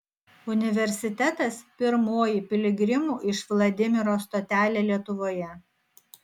universitetas pirmoji piligrimų iš vladimiro stotelė lietuvoje